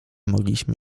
mogliśmy